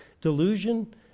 delusion